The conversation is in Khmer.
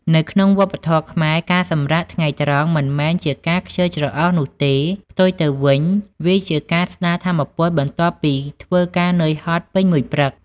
នៅក្នុងវប្បធម៌ខ្មែរ ការសម្រាកថ្ងៃត្រង់មិនមែនជាការខ្ជិលច្រអូសនោះទេ ផ្ទុយទៅវិញវាជាការស្ដារថាមពល បន្ទាប់ពីធ្វើការនឿយហត់ពេញមួយព្រឹក។